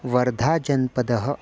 वर्धाजनपदः